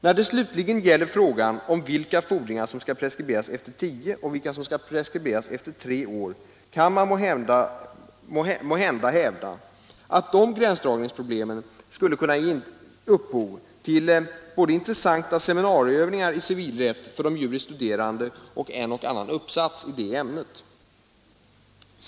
När det slutligen gäller frågan om vilka fordringar som skall preskriberas efter tio och vilka som skall preskriberas efter tre år kan man måhända hävda att de gränsdragningsproblem som har skulle uppkomma skulle kunna ge upphov till både intressanta seminarieövningar i civilrätt för de juriststuderande och kanske också en och annan uppsats i ämnet.